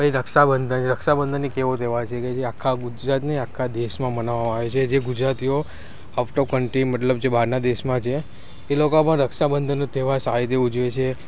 રક્ષાબંધન એ કેવો તહેવાર છે કે જે આખા ગુજરાતમાં નહીં પણ આખા દેસમાં મનાવવામાં આવે છે જે ગુજરાતીઓ આઉટ ઓફ કન્ટ્રી મતલબ જે બહારના દેશમાં છે એ લોકો પણ રક્ષાબંધનનો તહેવાર સારી રીતે ઉજવે છે